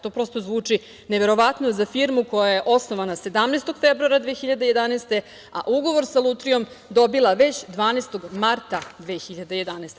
To prosto zvuči neverovatno za firmu koja je osnovana 17. februara 2011. godine, a ugovor sa lutrijom dobila već 12. marta 2011. godine.